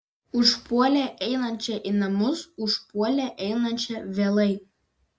užpuolė einančią į namus užpuolė einančią vėlai